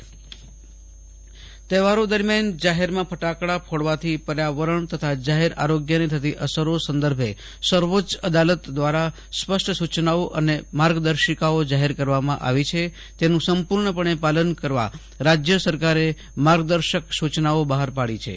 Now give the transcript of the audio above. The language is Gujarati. આશતોષ અંતાણી સવોચ્ચ અદાલતઃ ફટાકડા તહેવારો દરમિયાન જાહેરમાં ફટાકડા ફોડવાથી પર્યાવરણ તથા જાહેર આરોગ્યને થતી અસરો સંદર્ભે સર્વોચ્ચ અદાલત દ્વારા સ્પષ્ટ સૂચનાઓ અને માર્ગદર્શિકાઓ જાહેર કરવામાં આવી છે તેનું સંપૂર્ણપણે પાલન કરવા રાજય સરકારે માર્ગદર્શક સૂચનાઓ બહાર પાડી છે